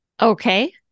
Okay